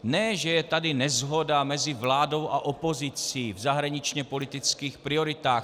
Ne že je tady neshoda mezi vládou a opozici v zahraničněpolitických prioritách.